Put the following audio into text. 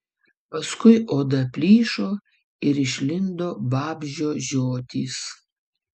paskui oda plyšo ir išlindo vabzdžio žiotys